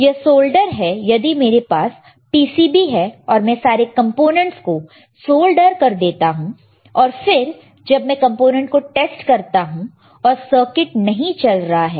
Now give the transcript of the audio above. यह सोल्डर है यदि मेरे पास PCB है और मैं सारे कंपोनेंट्स को सोल्डर कर देता हूं और फिर जब मैं कंपोनेंट को टेस्ट करता हूं और सर्किट नहीं चल रहा है